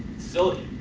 silicon,